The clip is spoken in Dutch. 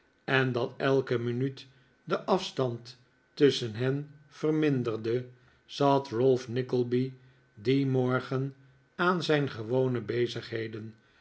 en dat elke minuut den afstand tusschen hen verminderde zat ralph nickleby dien morgen aan zijn gewone bezigheden